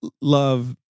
love